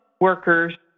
workers